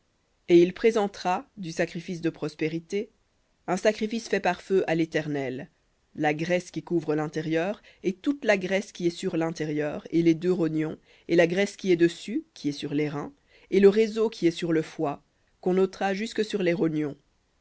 et il présentera du sacrifice de prospérités un sacrifice fait par feu à l'éternel la graisse qui couvre l'intérieur et toute la graisse qui est sur lintérieur et les deux rognons et la graisse qui est dessus qui est sur les reins et le réseau qui est sur le foie qu'on ôtera jusque sur les rognons